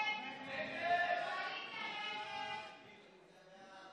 (42) של חבר הכנסת יריב לוין לפני סעיף 1